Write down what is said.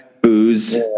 Booze